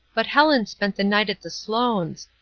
but helen spent the night at the sloanes'.